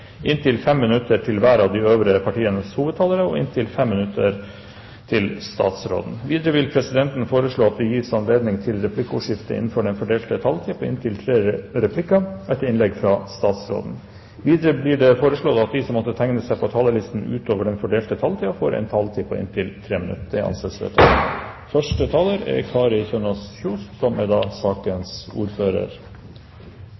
inntil 10 minutter til sakens ordfører, inntil 5 minutter på hver av de øvrige partienes hovedtalere og inntil 5 minutter til statsråden. Videre vil presidenten foreslå at det gis anledning til replikkordskifte – innenfor den fordelte taletid – på inntil tre replikker med svar etter innlegget fra statsråden. Videre blir det foreslått at de som måtte tegne seg på talerlisten utover den fordelte taletid, får en taletid på inntil 3 minutter. – Det anses vedtatt.